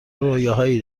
رویاهایی